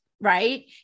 right